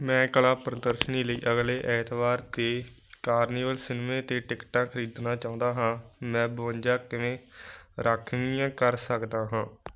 ਮੈਂ ਕਲਾ ਪ੍ਰਦਰਸ਼ਨੀ ਲਈ ਅਗਲੇ ਐਤਵਾਰ 'ਤੇ ਕਾਰਨੀਵਲ ਸਿਨਮੇ 'ਤੇ ਟਿਕਟਾਂ ਖਰੀਦਣਾ ਚਾਹੁੰਦਾ ਹਾਂ ਮੈਂ ਬਵੰਜਾ ਕਿਵੇਂ ਰਾਖਵੀਆਂ ਕਰ ਸਕਦਾ ਹਾਂ